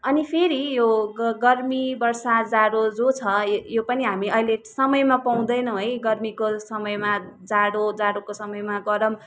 अनि फेरि यो ग गर्मी बर्षा जाडो जो छ यो पनि हामी अहिले समयमा पाउँदैनौ है गर्मीको समयमा जाडो जाडोको समयमा गरम